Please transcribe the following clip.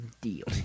deal